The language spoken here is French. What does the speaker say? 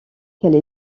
qu’elle